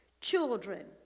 children